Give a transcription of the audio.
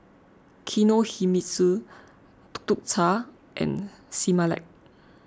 Kinohimitsu Tuk Tuk Cha and Similac